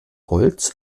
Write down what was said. holz